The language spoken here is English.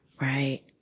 right